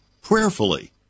prayerfully